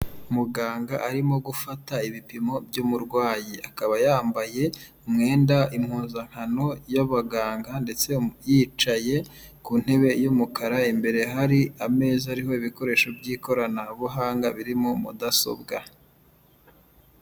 Muganga arimo gufata ibipimo by'umurwayi. Akaba yambaye umwenda, impuzankano y'abaganga, ndetse yicaye ku ntebe y'umukara, imbere hari ameza ariho ibikoresho by'ikoranabuhanga birimo mudasobwa.